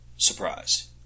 Surprise